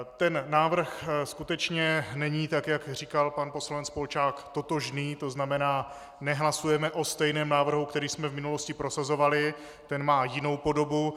Ten návrh skutečně není, tak jak říkal pan poslanec Polčák, totožný, to znamená, nehlasujeme o stejném návrhu, který jsme v minulosti prosazovali, ten má jinou podobu.